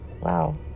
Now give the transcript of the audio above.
Wow